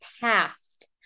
past